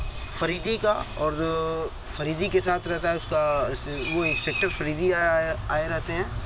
فریدی کا اور فریدی کے ساتھ رہتا ہے اس کا وہ انسپیکٹر فریدی آئے رہتے ہیں